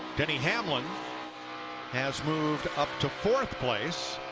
denny hamlin has moved up to fourth place.